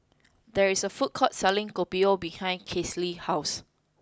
there is a food court selling kopio behind Classie's house